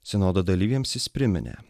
sinodo dalyviams jis priminė